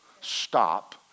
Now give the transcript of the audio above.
Stop